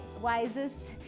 wisest